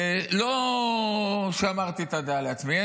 לא שמרתי את הדעה לעצמי,